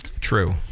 True